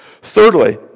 Thirdly